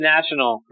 National